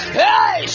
hey